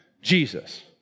Jesus